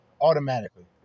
automatically